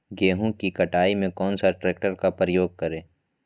गेंहू की कटाई में कौन सा ट्रैक्टर का प्रयोग करें?